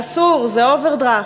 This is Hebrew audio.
אסור, זה אוברדרפט,